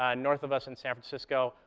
ah north of us in san francisco,